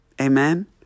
Amen